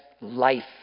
life